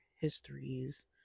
histories